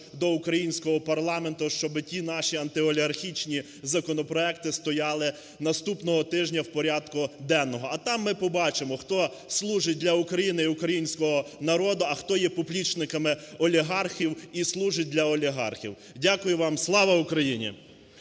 до українського парламенту, щоби ті наші антиолігархічні законопроекти стояли наступного тижня в порядку денного. А там ми побачимо, хто служить для України і українського народу, а, хто є поплічниками олігархів і служить для олігархів. Дякую вам. Слава Україні!